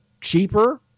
cheaper